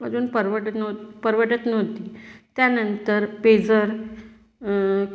अजून परवडणं परवडत नव्हती त्यानंतर पेजर